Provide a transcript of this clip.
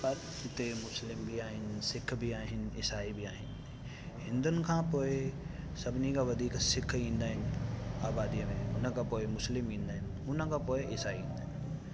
परि हिते मुस्लिम बि आहिनि सिख बि आहिनि ईसाई बि आहिनि हिंदुनि खां पोइ सभिनी खां वधीक सिख ईंदा आहिनि आबादीअ में उन खां पोइ मुस्लिम ईंदा आहिनि उन खां पोइ ईसाई ईंदा आहिनि